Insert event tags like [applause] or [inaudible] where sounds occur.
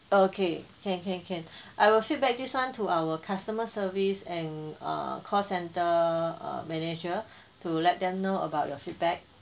okay can can can [breath] I will feedback this [one] to our customer service and uh call centre err manager to let them know about your feedback